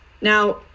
Now